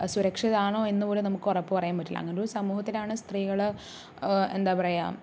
സുരക്ഷിതരാണോ എന്ന് പോലും നമുക്ക് ഉറപ്പ് പറയാൻ പറ്റില്ല അങ്ങനൊരു സമൂഹത്തിലാണ് സ്ത്രീകൾ എന്താ പറയുക